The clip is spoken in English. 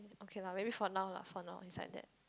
okay lah maybe for now lah for now is like that